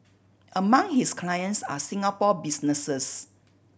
among his clients are Singapore businesses